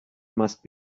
must